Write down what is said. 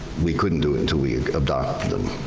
we couldn't do it until we adopt them,